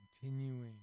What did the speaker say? continuing